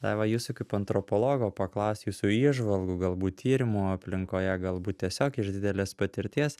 va jūsų kaip antropologo paklausiu jūsų įžvalgų galbūt tyrimų aplinkoje galbūt tiesiog iš didelės patirties